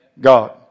God